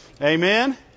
Amen